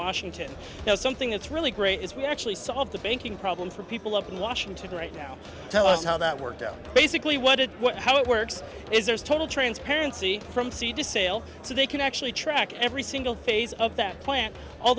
washington now something that's really great is we actually solve the banking problems for people up in washington right now tell us how that worked out basically what it what how it works is there's total transparency from seed to sale so they can actually track every single phase of that plant all